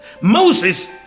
Moses